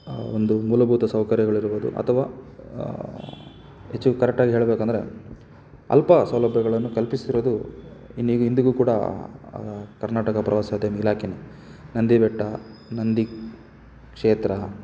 ಒಂದು ಮೂಲಭೂತ ಸೌಕರ್ಯ್ಯಗಳಿರ್ಬೋದು ಅಥವಾ ಆಚ್ಚುಲ್ ಕರಕ್ಟಾಗಿ ಹೇಳಬೇಕಂದ್ರೆ ಅಲ್ಪ ಸೌಲಭ್ಯಗಳನ್ನು ಕಲ್ಪಿಸ್ತಿರೋದು ಇಂದಿಗೂ ಕೂಡ ಕರ್ನಾಟಕ ಪ್ರವಾಸ್ಯೋದ್ಯಮ ಇಲಾಖೆಯೇ ನಂದಿಬೆಟ್ಟ ನಂದಿ ಕ್ಷೇತ್ರ